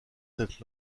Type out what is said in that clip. cette